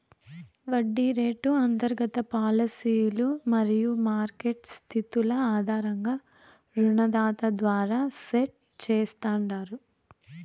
వడ్డీ రేటు అంతర్గత పాలసీలు మరియు మార్కెట్ స్థితుల ఆధారంగా రుణదాత ద్వారా సెట్ చేస్తాండారు